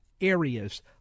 areas